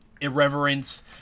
irreverence